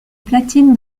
platine